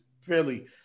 fairly